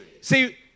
See